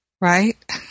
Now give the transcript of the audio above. right